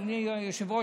אדוני היושב-ראש,